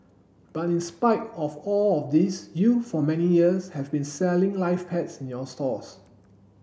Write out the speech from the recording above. but in spite of all of this you for many years have been selling live pets in your stores